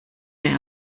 mehr